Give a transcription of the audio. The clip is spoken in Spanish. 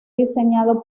diseñado